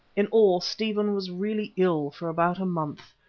in all, stephen was really ill for about a month.